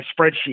spreadsheet